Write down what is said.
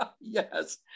Yes